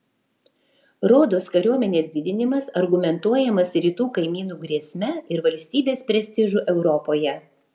rodos kariuomenės didinimas argumentuojamas rytų kaimynų grėsme ir valstybės prestižu europoje